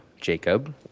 Jacob